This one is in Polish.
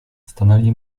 stanęli